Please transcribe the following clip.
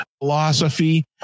philosophy